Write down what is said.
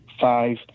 five